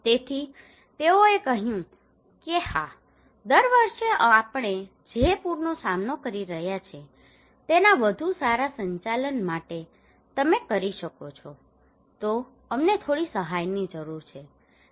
તેથી તેઓએ કહ્યું કે હા દર વર્ષે આપણે જે પૂરનો સામનો કરી રહ્યા છીએ તેના વધુ સારા સંચાલન માટે તમે કરી શકો તો અમને થોડી સહાયની જરૂર છે